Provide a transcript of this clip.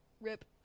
Rip